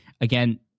Again